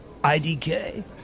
IDK